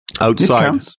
outside